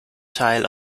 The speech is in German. teil